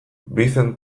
vicent